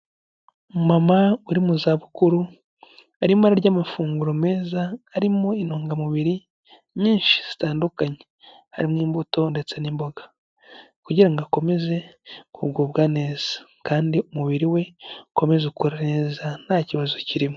Umu mama uri mu zabukuru arimo ara ry'amafunguro meza arimo intungamubiri nyinshi zitandukanye harimo imbuto ndetse n'imboga kugira ngo akomeze kugubwa neza kandi umubiri we ukome ukora neza nta kibazo kirimo.